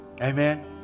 Amen